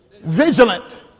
vigilant